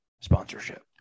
sponsorship